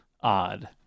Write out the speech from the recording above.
odd